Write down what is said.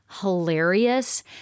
hilarious